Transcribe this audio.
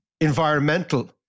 environmental